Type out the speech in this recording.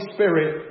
Spirit